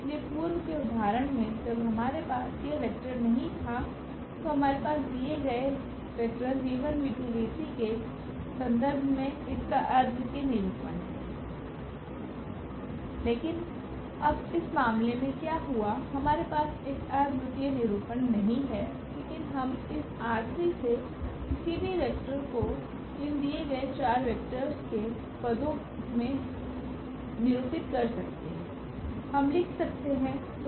इसलिए पूर्व के उदाहरण मे जब हमारे पास यह वेक्टर नहीं था तो हमारे पास दिए गए वेक्टर के संदर्भ में इसका अद्वितीय निरूपण है लेकिन अब इस मामले में क्या हुआ हमारे पास एक अद्वितीय निरूपण नहीं है लेकिन हम इस ℝ3 से किसी भी वेक्टर को इन दिए गए चार वेक्टर्स के पदो में निरूपित कर सकते हैं हम लिख सकते हैं